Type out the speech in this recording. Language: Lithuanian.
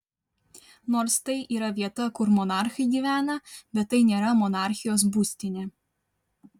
nors tai yra vieta kur monarchai gyvena bet tai nėra monarchijos būstinė